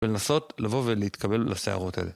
ולנסות לבוא ולהתקבל לסערות האלה.